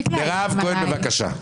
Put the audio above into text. מירב כהן, בבקשה.